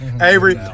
Avery